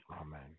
Amen